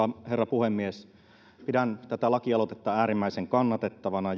puhemies pidän tätä lakialoitetta äärimmäisen kannatettavana